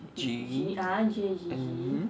g mmhmm